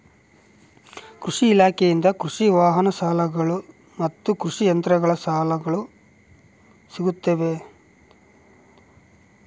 ಕೃಷಿ ಇಲಾಖೆಯಿಂದ ಕೃಷಿ ವಾಹನ ಸಾಲಗಳು ಮತ್ತು ಕೃಷಿ ಯಂತ್ರಗಳ ಸಾಲಗಳು ಸಿಗುತ್ತವೆಯೆ?